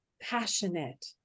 passionate